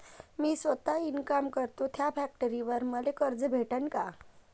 मी सौता इनकाम करतो थ्या फॅक्टरीवर मले कर्ज भेटन का?